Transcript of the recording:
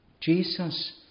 Jesus